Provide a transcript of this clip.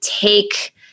take